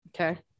Okay